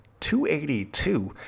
282